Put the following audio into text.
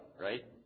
right